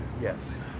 Yes